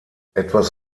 etwas